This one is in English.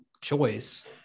choice